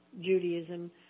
Judaism